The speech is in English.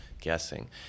guessing